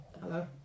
Hello